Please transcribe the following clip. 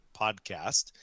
podcast